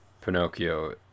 pinocchio